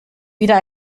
wieder